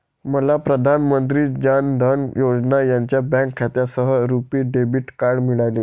मला प्रधान मंत्री जान धन योजना यांच्या बँक खात्यासह रुपी डेबिट कार्ड मिळाले